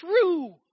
true